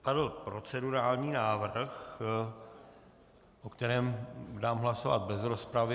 Padl procedurální návrh, o kterém dám hlasovat bez rozpravy.